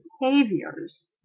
behaviors